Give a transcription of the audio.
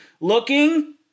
looking